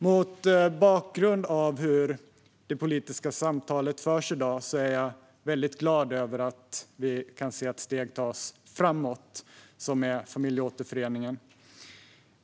Mot bakgrund av hur det politiska samtalet förs i dag är jag mycket glad över att vi kan se att steg tas framåt som när det gäller familjeåterförening.